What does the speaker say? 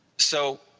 so,